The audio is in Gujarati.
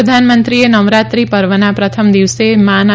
પ્રધાનમંત્રીએ નવરાત્રી પર્વનાં પ્રથમ દિવસે માના